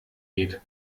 geht